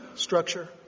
structure